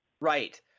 right